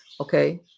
Okay